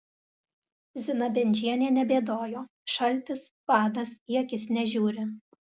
zina bendžienė nebėdojo šaltis badas į akis nežiūri